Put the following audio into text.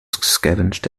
scavenged